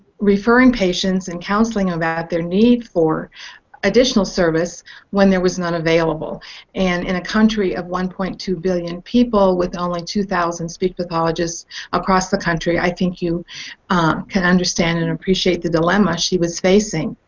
referring patients and counseling i'm at their need for additional service when there was not available and in a country of one point two billion people with online two thousand speech pathologist across the country i think you on can understand and appreciate the dilemma she was facing